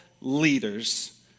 leaders